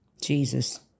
Jesus